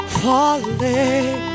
falling